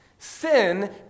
Sin